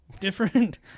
Different